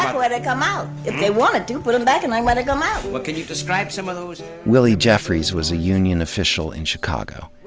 where they come out, if they wanted to. put em back and again where they come out! well can you describe some of those. willy jeffries was a union official in chicago.